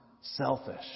selfish